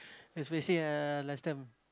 especially uh last time